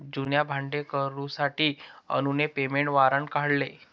जुन्या भाडेकरूंसाठी अनुने पेमेंट वॉरंट काढले